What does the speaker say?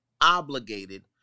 obligated